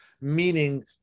meaning